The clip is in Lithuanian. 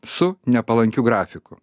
su nepalankiu grafiku